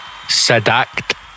Sedact